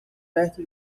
perto